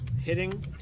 Hitting